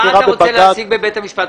מה אתה רוצה להשיג בבית המשפט?